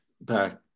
back